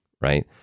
right